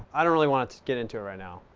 i don't really want to to get into it right now.